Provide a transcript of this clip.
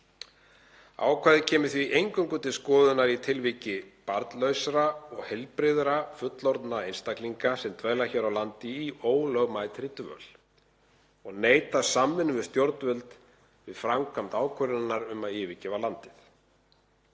Ákvæðið kemur því eingöngu til skoðunar í tilviki barnlausra, heilbrigðra, fullorðinna einstaklinga sem dvelja hér á landi í ólögmætri dvöl og neita samvinnu við stjórnvöld við framkvæmd ákvörðunar um að yfirgefa landið.